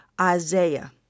Isaiah